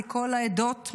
מכל העדות,